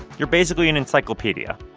you're basically an encyclopedia.